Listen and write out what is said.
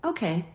Okay